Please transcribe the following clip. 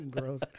gross